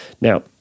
Now